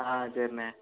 ஆ சரிண்ணே